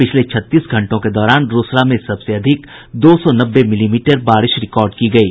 पिछले छत्तीस घंटों के दौरान रोसड़ा में सबसे अधिक दो सौ नब्बे मिलीमीटर बारिश रिकॉर्ड की गयी